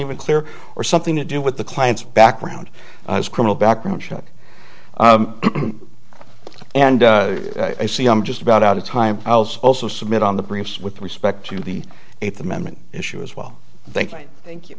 even clear or something to do with the client's background criminal background check and i see i'm just about out of time also submit on the briefs with respect to the eighth amendment issue as well thank you